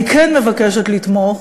אני כן מבקשת לתמוך